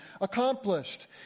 accomplished